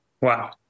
Wow